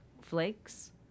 flakes